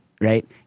right